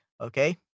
okay